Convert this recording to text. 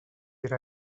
era